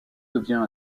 devient